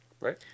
Right